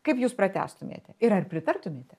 kaip jūs pratęstumėt ir ar pritartumėte